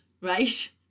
right